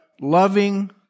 loving